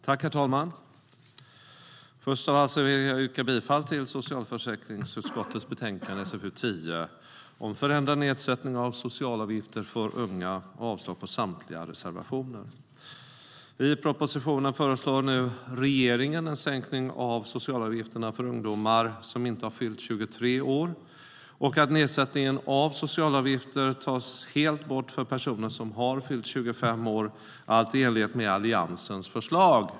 Herr talman! Först vill jag yrka bifall till förslaget i socialförsäkringsutskottets betänkande SfU10 Förändrad nedsättning av socialavgifterna för unga och avslag på samtliga reservationer. I propositionen föreslår nu regeringen en sänkning av socialavgifterna för ungdomar som inte har fyllt 23 år och att nedsättningen av socialavgifter tas helt bort för personer som har fyllt 25 år, allt i enlighet med Alliansens förslag.